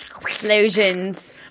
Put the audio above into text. explosions